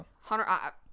Hunter